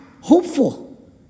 hopeful